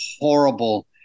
horrible